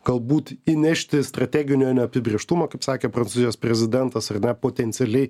galbūt įnešti strateginio neapibrėžtumo kaip sakė prancūzijos prezidentas ar ne potencialiai